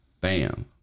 Bam